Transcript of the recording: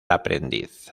aprendiz